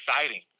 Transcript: exciting